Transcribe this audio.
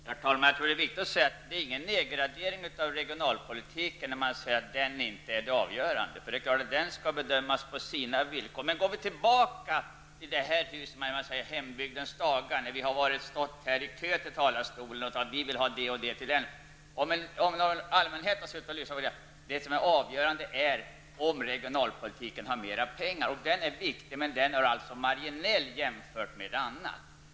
Herr talman! Jag tror att det är viktigt att säga att det inte är någon nedgradering av regionalpolitiken när man säger att den inte är det avgörande. Den skall naturligtvis bedömas på sina villkor. Men om vi går tillbaka till de s.k. hembygdens dagar kommer vi ihåg hur vi har stått i kö till talarstolen för att säga att vi vill ha det ena och det andra. Men det avgörande är om det finns några pengar till regionalpolitiken. Regionalpolitiken är alltså viktig, men den är marginell jämförd med annat.